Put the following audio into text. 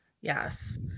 Yes